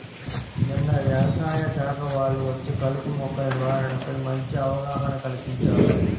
నిన్న యవసాయ శాఖ వాళ్ళు వచ్చి కలుపు మొక్కల నివారణపై మంచి అవగాహన కల్పించారు